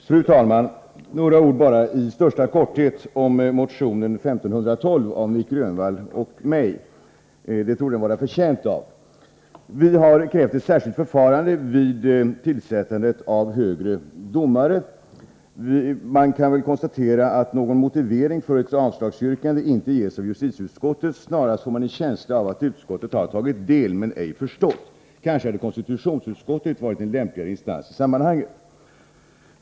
Fru talman! Några ord i största korthet om motion 1512 av Nic Grönvall och mig — det torde den vara förtjänt av. Vi har krävt ett särskilt förfarande vid tillsättande av högre domare. Man kan väl konstatera att någon motivering för avslagsyrkandet inte ges av justitieutskottet. Man får snarast en känsla av att utskottet har tagit del men ej förstått. Kanske hade konstitutionsutskottet varit en lämpligare instans.